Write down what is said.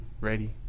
Ready